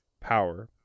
power